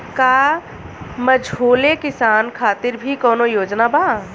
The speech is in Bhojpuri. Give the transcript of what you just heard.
का मझोले किसान खातिर भी कौनो योजना बा?